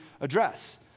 address